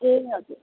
ए हजुर